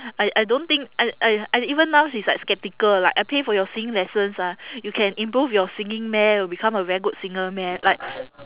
I I don't think I I I even now she's like skeptical like I pay for your singing lessons ah you can improve your singing meh you can become a very good singer meh like